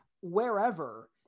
Wherever